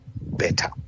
better